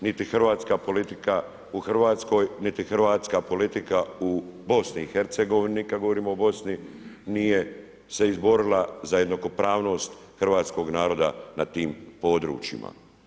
Niti hrvatska politika u Hrvatskoj, niti hrvatska politika u BiH, kada govorimo o Bosni nije se izborila za jednakopravnost hrvatskog naroda nad tim područjima.